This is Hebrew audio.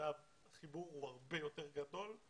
באב החיבור הוא הרבה יותר גדול.